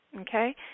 okay